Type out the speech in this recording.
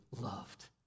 loved